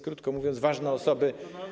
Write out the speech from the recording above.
Krótko mówiąc, ważne osoby.